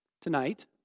Tonight